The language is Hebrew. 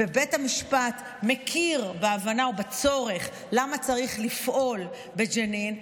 ובית המשפט מכיר בהבנה ובצורך למה צריך לפעול בג'נין,